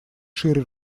шире